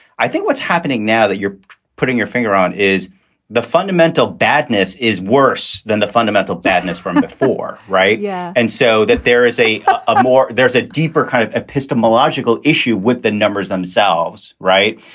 i think what's happening now that you're putting your finger on is the fundamental badness is worse than the fundamental badness from before. right. yeah and so that there is a a more there's a deeper kind of epistemological issue with the numbers themselves. right.